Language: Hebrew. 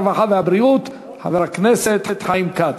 הרווחה והבריאות חבר הכנסת חיים כץ.